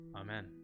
Amen